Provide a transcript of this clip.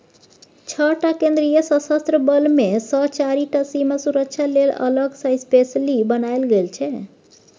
छअ टा केंद्रीय सशस्त्र बल मे सँ चारि टा सीमा सुरक्षा लेल अलग सँ स्पेसली बनाएल गेल छै